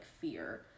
fear